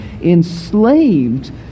enslaved